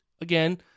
again